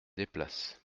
déplace